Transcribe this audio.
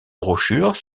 brochures